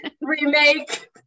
remake